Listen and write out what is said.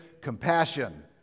compassion